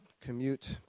commute